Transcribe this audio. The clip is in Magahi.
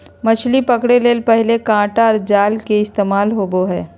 मछली पकड़े ले पहले कांटा आर जाल के ही इस्तेमाल होवो हल